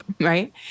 right